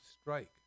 strike